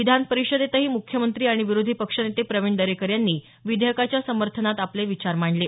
विधानपरिषदेतही मुख्यमंत्री आणि विरोधी पक्षनेते प्रवीण दरेकर यांनी विधेयकाच्या समर्थनात आपले विचार मांडले